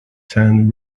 sand